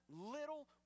little